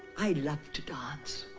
i loved to dance.